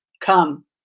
come